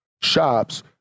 shops